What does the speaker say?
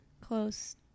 close